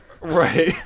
Right